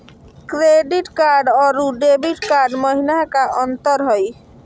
Credit card अरू debit card महिना का अंतर हई?